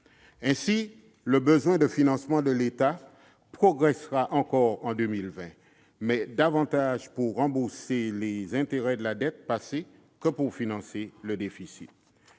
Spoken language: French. Aussi, le besoin de financement de l'État progressera encore en 2020, mais davantage pour rembourser les intérêts de la dette passée que pour financer le déficit.